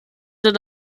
dann